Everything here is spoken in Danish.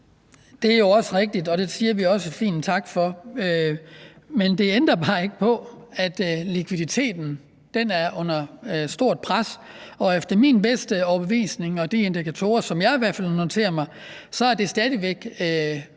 Det er også rigtigt, og det siger vi også pænt tak for. Men det ændrer bare ikke på, at likviditeten er under stort pres, og efter min bedste overbevisning og de indikatorer, som jeg i hvert fald noterer mig, er det stadig væk